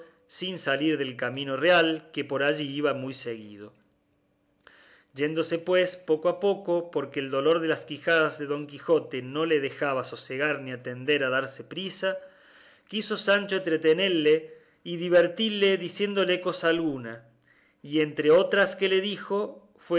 sin salir del camino real que por allí iba muy seguido yéndose pues poco a poco porque el dolor de las quijadas de don quijote no le dejaba sosegar ni atender a darse priesa quiso sancho entretenelle y divertille diciéndole alguna cosa y entre otras que le dijo